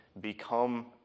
become